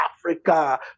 africa